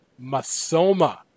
Masoma